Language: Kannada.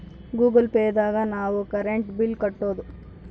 ಗೂಗಲ್ ಪೇ ದಾಗ ನಾವ್ ಕರೆಂಟ್ ಬಿಲ್ ಕಟ್ಟೋದು